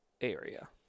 area